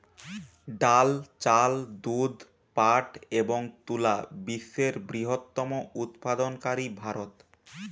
ডাল, চাল, দুধ, পাট এবং তুলা বিশ্বের বৃহত্তম উৎপাদনকারী ভারত